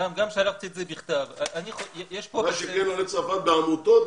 גם שלחתי את זה בכתב יש שלוש קבוצות בעולים.